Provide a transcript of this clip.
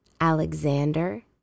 Alexander